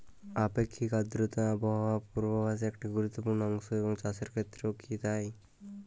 আপেক্ষিক আর্দ্রতা আবহাওয়া পূর্বভাসে একটি গুরুত্বপূর্ণ অংশ এবং চাষের ক্ষেত্রেও কি তাই?